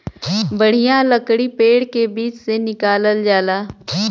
बढ़िया लकड़ी पेड़ के बीच से निकालल जाला